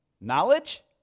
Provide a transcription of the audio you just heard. knowledge